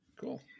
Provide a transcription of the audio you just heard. Cool